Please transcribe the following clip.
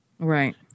Right